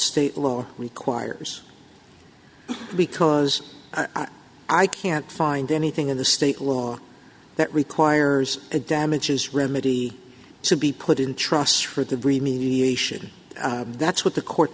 state law requires because i can't find anything in the state law that requires a damages remedy to be put in trust for the bre mediation that's what the court